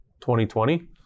2020